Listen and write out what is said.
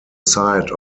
site